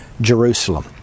Jerusalem